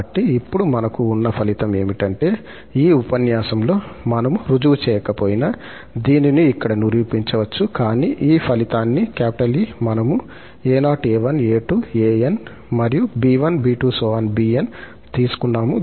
కాబట్టి ఇప్పుడు మనకు ఉన్న ఫలితం ఏమిటంటే ఈ ఉపన్యాసంలో మనము రుజువు చేయకపోయినా దీనిని ఇక్కడ నిరూపించవచ్చు కానీ ఈ ఫలితాన్ని E మనము ఈ 𝑎0 𝑎1 𝑎2 𝑎𝑁 మరియు 𝑏1 𝑏2 𝑏𝑁 తీసుకున్నాము